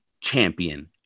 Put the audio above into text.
champion